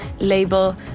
label